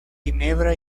ginebra